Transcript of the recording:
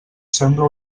sembla